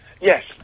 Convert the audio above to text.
Yes